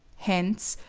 hence,